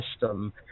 system